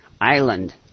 island